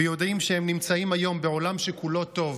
ויודעים שהם נמצאים היום בעולם שכולו טוב,